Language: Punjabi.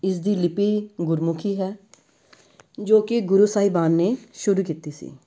ਇਸ ਦੀ ਲਿਪੀ ਗੁਰਮੁਖੀ ਹੈ ਜੋ ਕਿ ਗੁਰੂ ਸਾਹਿਬਾਨ ਨੇ ਸ਼ੁਰੂ ਕੀਤੀ ਸੀ